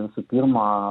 visų pirma